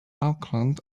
auckland